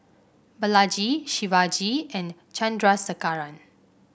Balaji Shivaji and Chandrasekaran